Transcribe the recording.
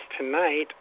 tonight